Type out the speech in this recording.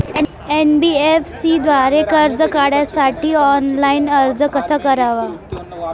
NBFC द्वारे कर्ज काढण्यासाठी ऑनलाइन अर्ज कसा करावा?